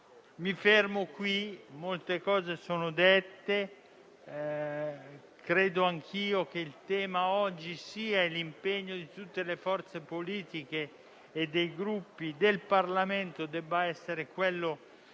Mi fermo qui; molte cose sono già state dette. Credo anch'io che oggi l'impegno di tutte le forze politiche e dei Gruppi in Parlamento debba essere quello